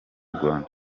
rwanda